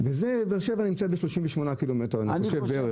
ובאר שבע נמצאת ב-38 ק"מ בערך.